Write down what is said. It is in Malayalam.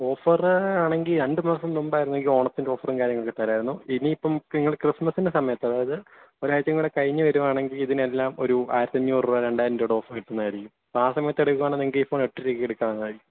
ഓഫർ ആണെങ്കിൽ രണ്ടുമാസം മുമ്പായിരുന്നെങ്കിൽ ഓണത്തിൻറെ ഓഫറും കാര്യങ്ങളൊക്കെ തരാമായിരുന്നു ഇനിയിപ്പം നിങ്ങൾ ക്രിസ്മസിൻ്റെ സമയത്ത് അതായത് ഒരാഴ്ചയും കൂടെ കഴിഞ്ഞുവരുവാണെങ്കിൽ ഇതിനെല്ലാം ഒരു ആയിരത്തഞ്ഞൂറു രൂപ രണ്ടായിരം രൂപയുടെ ഓഫർ കിട്ടുന്നതായിരിക്കും അപ്പം ആ സമയത്ത് എടുക്കുവാണെന്നുണ്ടെങ്കിൽ നിങ്ങൾക്ക് ഈ ഫോൺ എട്ടു രൂപയ്ക്ക് എടുക്കാവുന്നതായിരിക്കും